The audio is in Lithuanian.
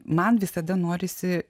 man visada norisi